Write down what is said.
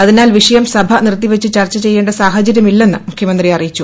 അതിനാൽ വിഷയം സഭ നിർത്തിവച്ച് ചർച്ച ചെയ്യേണ്ട സാഹചര്യമില്ലെന്ന് മുഖ്യമന്ത്രി അറിയിച്ചു